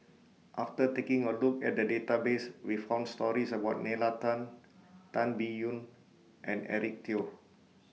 after taking A Look At The Database We found stories about Nalla Tan Tan Biyun and Eric Teo